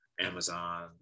amazon